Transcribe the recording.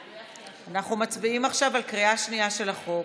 אנחנו מצביעים עכשיו בקריאה שנייה על החוק.